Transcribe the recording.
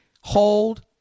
hold